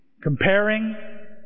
comparing